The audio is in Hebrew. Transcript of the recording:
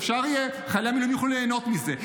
שחיילי המילואים יוכלו ליהנות מזה,